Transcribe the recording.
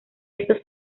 estos